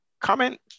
comment